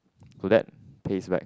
could that pays back